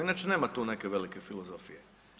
Inače, nema tu neke velike filozofije.